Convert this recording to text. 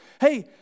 Hey